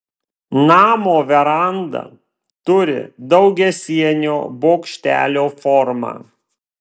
namo veranda turi daugiasienio bokštelio formą